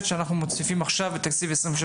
שאנחנו מוסיפים עכשיו בתקציב 2024-2023?